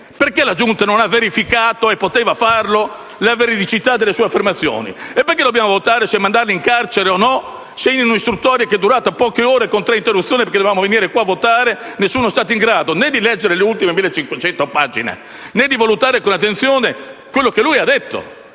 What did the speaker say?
perché la Giunta non ha verificato - poteva farlo - la veridicità delle sue affermazioni? Perché dobbiamo votare se mandarlo in carcere oppure no se, in un'istruttoria che è durata poche ore e con tre interruzioni (dovevamo infatti essere presenti in Aula per le votazioni), nessuno è stato in grado di leggere le ultime 1.500 pagine, né di valutare con attenzione quello che egli ha detto?